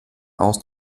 aus